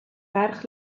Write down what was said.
ferch